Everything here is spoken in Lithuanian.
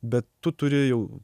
bet tu turi jau